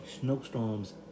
Snowstorms